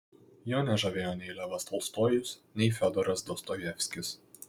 jo nežavėjo nei levas tolstojus nei fiodoras dostojevskis